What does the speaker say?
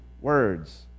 words